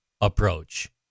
approach